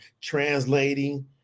translating